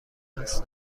دوست